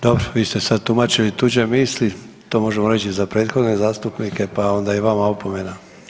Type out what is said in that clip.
Dobro vi ste sad tumačili tuđe misli, to možemo reći i za prethodne zastupnike pa onda i vama opomena.